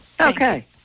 Okay